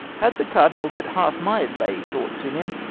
had the cardinall but halfe my lay-thoughts in him,